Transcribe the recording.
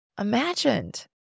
Imagined